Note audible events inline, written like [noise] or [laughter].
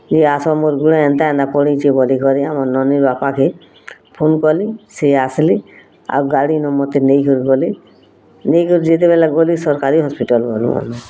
କେହି ଆସ ମୋର୍ ଗୋଡ଼ ଏନ୍ତା [unintelligible] ପଡ଼ିଛି ବୋଲି କରି ଆମ ନନୀ ବାପା କେ ଫୋନ୍ କଲି ସିଏ ଆସିଲେ ଆଉ ଗାଡ଼ି ନ ମୋତେ ନେଇ କରି ଗଲେ ନେଇ କରି ଯେତେବେଲେ ଗଲେ ସରକାରୀ ହସ୍ପିଟାଲ୍ ଗଲୁ ଆମେ